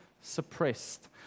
suppressed